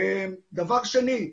דבר שני,